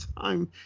time